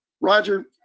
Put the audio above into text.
Roger